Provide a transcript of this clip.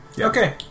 Okay